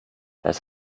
das